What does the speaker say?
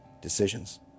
decisions